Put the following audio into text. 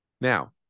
Now